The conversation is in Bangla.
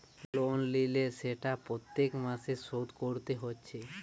লোন লিলে সেটা প্রত্যেক মাসে শোধ কোরতে হচ্ছে